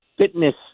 fitness